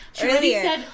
earlier